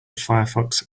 firefox